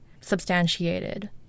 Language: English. substantiated